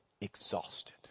exhausted